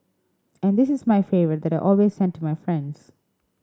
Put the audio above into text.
and this is my favourite that I always send to my friends